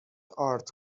ارد